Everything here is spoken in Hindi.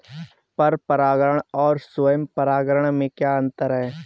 पर परागण और स्वयं परागण में क्या अंतर है?